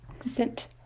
scent